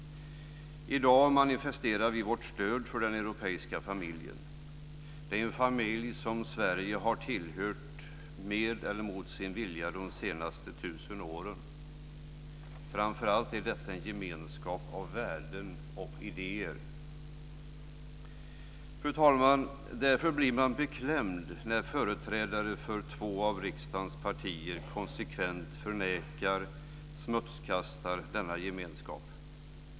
I dag manifesterar vi vårt stöd för den europeiska familjen. Det är en familj som Sverige har tillhört, med eller mot sin vilja, de senaste tusen åren. Framför allt är detta en gemenskap av värden och idéer. Fru talman! Därför blir man beklämd när företrädare för två av riksdagens partier konsekvent förnekar och smutskastar denna gemenskap.